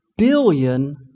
billion